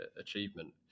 achievement